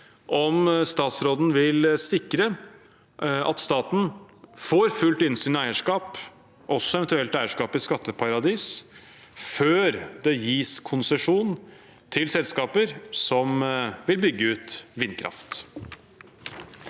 om statsråden vil sikre at staten får fullt innsyn i eierskap, også eventuelt eierskap i skatteparadiser, før det gis konsesjon til selskaper som vil bygge ut vindkraft.